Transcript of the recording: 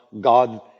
God